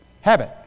Habit